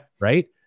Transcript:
Right